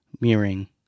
mirroring